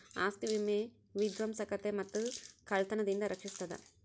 ಆಸ್ತಿ ವಿಮೆ ವಿಧ್ವಂಸಕತೆ ಮತ್ತ ಕಳ್ತನದಿಂದ ರಕ್ಷಿಸ್ತದ